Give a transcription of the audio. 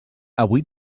avui